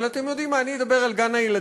אבל אתם יודעים מה, אני אדבר על גן-הילדים,